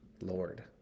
Lord